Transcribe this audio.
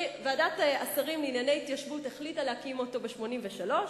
ועדת השרים לענייני התיישבות החליטה להקים אותו ב-1983,